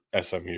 SMU